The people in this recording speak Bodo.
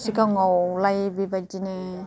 सिगाङावलाय बेबायदिनो